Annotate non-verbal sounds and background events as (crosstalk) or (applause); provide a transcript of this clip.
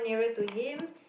(breath)